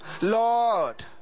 Lord